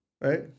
right